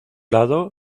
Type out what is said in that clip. lado